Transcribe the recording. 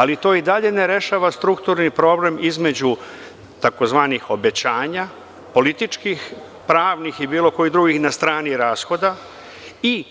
Ali to i dalje ne rešava strukturni problem između tzv. obećanja političkih, pravnih i bilo kojih drugih na strani rashoda i